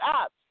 up